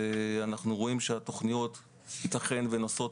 אנחנו רואים שהתוכניות ייתכן שנושאות